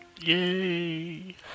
Yay